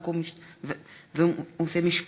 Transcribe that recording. חוק ומשפט,